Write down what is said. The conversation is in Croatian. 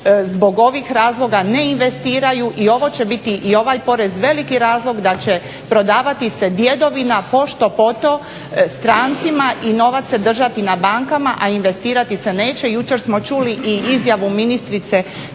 zbog ovih razloga ne investiraju i ovo će biti i ovaj porez veliki razlog da će se prodavati djedovina pošto po to strancima i novac se držati na bankama, a investirati se neće. Jučer smo čuli i izjavu ministrice